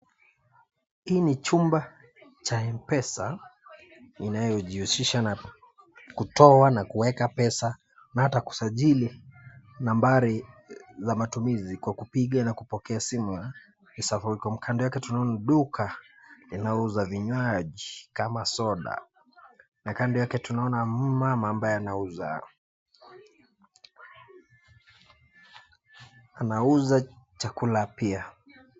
Hii ni chumba cha (cs)M-Pesa(cs) inajihusisha na kutoa na kuweka pesa na hata kusajili nambari za matumizi kwa kupiga na kupokea simu ya (cs)Safaricom(cs). Kando yake tunaona duka linauza vinywaji kama soda na kando yake tunaona mama ambaye anauza anauza chakula pia.